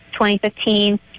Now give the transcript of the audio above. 2015